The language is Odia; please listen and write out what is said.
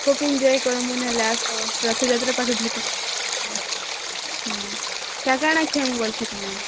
କୋପିଂ ଯାଇ କହିବ ମୁଁ ନା ଲାଷ୍ଟ୍ ରଥଯାତ୍ରା ପାଖେ ଭେଟ ହୁଁ କାଁଣ କାଁଣ କିଣୁଛ ବୋଲୁଛ ତମେ